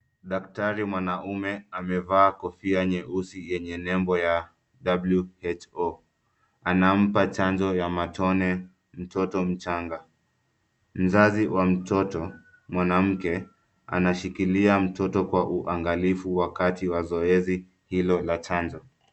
Daktari mwanaume amevaa kofia nyeusi yenye nembo ya WHO .Anampa chanjo ya matone mtoto mchanga. Mzazi wa mtoto mwanamke, anashikilia mtoto kwa uangalifu wakati wa zoezi hilo la chanjo.